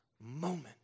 moment